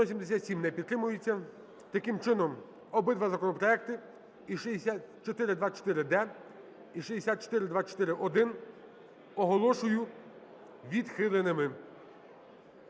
За-177 Не підтримується. Таким чином обидва законопроекти: і 6424-д, і 6424-1 – оголошую відхиленими.